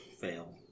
Fail